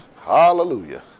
Hallelujah